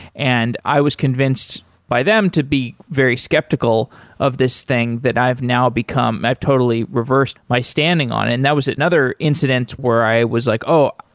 and i was convinced by them to be very skeptical of this thing that i've now become i've totally reversed my standing on and that was another incident where i was like, oh,